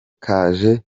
kaje